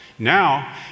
Now